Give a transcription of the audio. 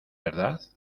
verdad